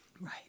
Right